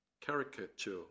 caricature